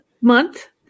month